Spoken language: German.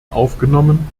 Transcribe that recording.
aufgenommen